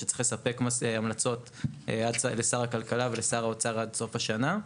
שצריך לספק המלצות לשר הכלכלה ולשר האוצר עד סוף השנה,